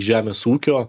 žemės ūkio